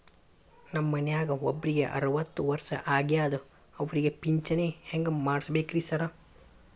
ನಮ್ ಮನ್ಯಾಗ ಒಬ್ರಿಗೆ ಅರವತ್ತ ವರ್ಷ ಆಗ್ಯಾದ ಅವ್ರಿಗೆ ಪಿಂಚಿಣಿ ಹೆಂಗ್ ಮಾಡ್ಸಬೇಕ್ರಿ ಸಾರ್?